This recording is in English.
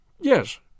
Yes